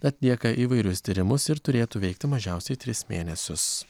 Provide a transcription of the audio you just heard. atlieka įvairius tyrimus ir turėtų veikti mažiausiai tris mėnesius